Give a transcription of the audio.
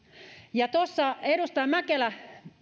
edustaja mäkelä